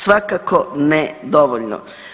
Svakako ne dovoljno.